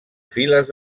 files